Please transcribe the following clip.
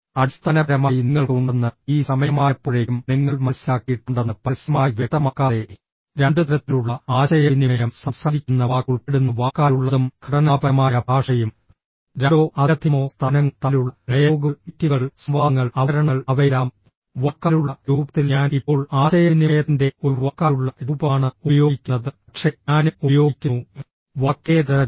അടിസ്ഥാനപരമായി നിങ്ങൾക്ക് ഉണ്ടെന്ന് ഈ സമയമായപ്പോഴേക്കും നിങ്ങൾ മനസ്സിലാക്കിയിട്ടുണ്ടെന്ന് പരസ്യമായി വ്യക്തമാക്കാതെ രണ്ട് തരത്തിലുള്ള ആശയവിനിമയം സംസാരിക്കുന്ന വാക്ക് ഉൾപ്പെടുന്ന വാക്കാലുള്ളതും ഘടനാപരമായ ഭാഷയും രണ്ടോ അതിലധികമോ സ്ഥാപനങ്ങൾ തമ്മിലുള്ള ഡയലോഗുകൾ മീറ്റിംഗുകൾ സംവാദങ്ങൾ അവതരണങ്ങൾ അവയെല്ലാം വാക്കാലുള്ള രൂപത്തിൽ ഞാൻ ഇപ്പോൾ ആശയവിനിമയത്തിന്റെ ഒരു വാക്കാലുള്ള രൂപമാണ് ഉപയോഗിക്കുന്നത് പക്ഷേ ഞാനും ഉപയോഗിക്കുന്നു വാക്കേതര രൂപം